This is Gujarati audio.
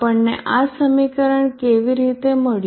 આપણને આ સમીકરણ કેવી રીતે મળ્યું